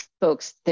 folks